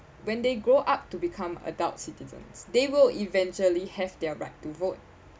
when they grow up to become adults citizens they will eventually have their right to vote